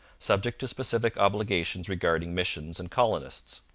subject to specific obligations regarding missions and colonists.